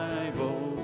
Bible